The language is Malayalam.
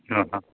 ആ അ